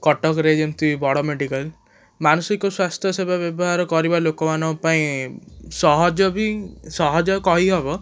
କଟକରେ ଯେମିତି ବଡ଼ ମେଡ଼ିକାଲ ମାନସିକ ସ୍ୱାସ୍ଥ୍ୟ ସେବା ବ୍ୟବହାର କରିବା ଲୋକମାନଙ୍କ ପାଇଁ ସହଜ ବି ସହଜ କହି ହେବ